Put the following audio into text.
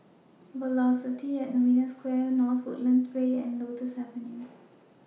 Velocity At Novena Square North Woodlands Way and Lotus Avenue